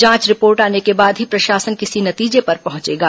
जांच रिपोर्ट आने के बाद ही प्रशासन किसी नतीजे पर पहुंचेगा